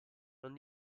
non